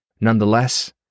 Nonetheless